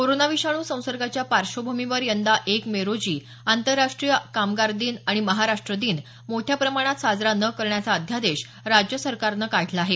corona विषाणू संसर्गाच्या पार्श्वभूमीवर यंदा एक मे रोजी आंतरराष्ट्रीय कामगार दिन आणि महाराष्ट दिन मोठ्या प्रमाणात साजरा न करण्याचा अध्यादेश राज्य सरकारन काढला आहे